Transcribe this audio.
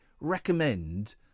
recommend